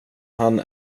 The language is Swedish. han